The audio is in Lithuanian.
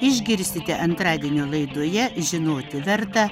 išgirsite antradienio laidoje žinoti verta